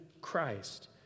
Christ